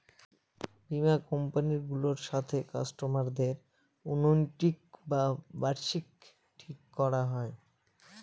বীমা কোম্পানি গুলোর সাথে কাস্টমারদের অনুইটি বা বার্ষিকী ঠিক করা হয়